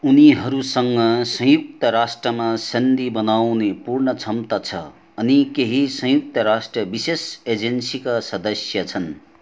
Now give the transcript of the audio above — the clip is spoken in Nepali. उनीहरूसँग संयुक्त राष्ट्रमा सन्धि बनाउने पूर्ण क्षमता छ अनि केही संयुक्त राष्ट्र विशेष एजेन्सीका सदस्य छन्